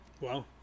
Wow